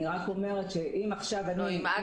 אני רק אומרת שאם עכשיו- -- אם את